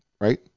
right